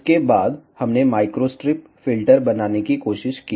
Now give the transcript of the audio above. उसके बाद हमने माइक्रोस्ट्रिप फिल्टर बनाने की कोशिश की